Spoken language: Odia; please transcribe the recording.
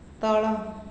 ତଳ